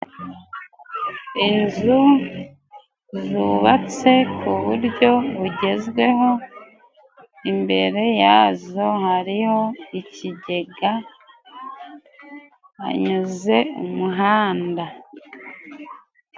Inzu zubatse ku buryo bugezweho, imbere yazo hariho ikigega hanyuze umuhanda.